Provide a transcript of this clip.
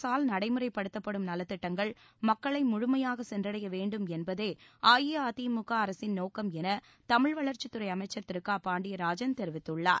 அரசால் நடைமுறைப்படுத்தப்படும் நலத்திட்டங்கள் மக்களை முழுமையாக சென்றடைய வேண்டும் என்பதே அஇஅதிமுக அரசின் நோக்கம் என தமிழ் வளர்ச்சித்துறை அமைச்சர் திரு க பாண்டியராஜன் தெரிவித்துள்ளார்